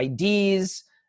ids